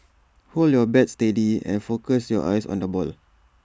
hold your bat steady and focus your eyes on the ball